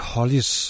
Hollis